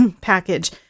package